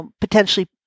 potentially